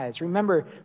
Remember